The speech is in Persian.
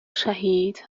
شهید